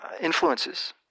influences